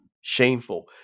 shameful